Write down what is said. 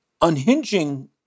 unhinging